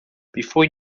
before